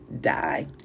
die